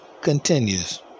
continues